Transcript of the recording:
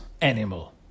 animal